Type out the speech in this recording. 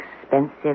expensive